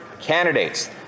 candidates